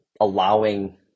allowing